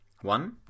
One